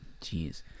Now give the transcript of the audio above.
Jeez